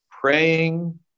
praying